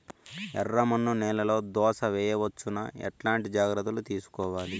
ఎర్రమన్ను నేలలో దోస వేయవచ్చునా? ఎట్లాంటి జాగ్రత్త లు తీసుకోవాలి?